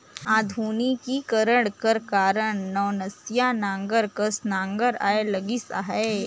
आधुनिकीकरन कर कारन नवनसिया नांगर कस नागर आए लगिस अहे